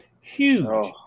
huge